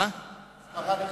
הסברה לחיסכון.